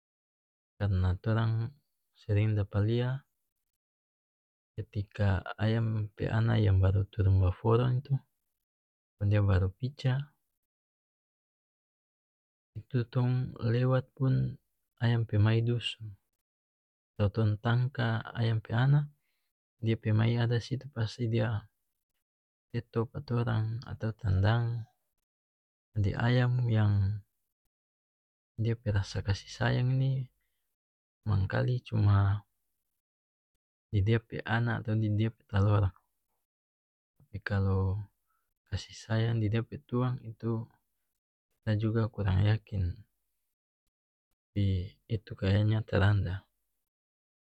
Karna torang sering dapa lia ketika ayam pe ana yang baru turung baforo itu kong dia baru pica itu tong lewat pun ayam pe mai dusu tong tangka ayam pe ana dia pe mai ada situ pasti dia teto pa torang atau tendang jadi ayam yang dia pe rasa kasih sayang ini mangkali cuma di dia pe ana atau di dia pe talor tapi kalu kasih sayang di dia pe tuang itu kita juga kurang yakin tapi itu kayanya tarada